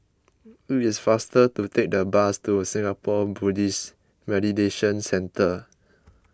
it is faster to take the bus to Singapore Buddhist Meditation Centre